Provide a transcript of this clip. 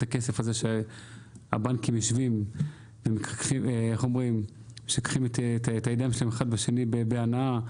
הכסף הזה הבנקים יושבים ומחככים את הידיים שלהם בהנאה.